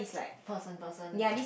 person person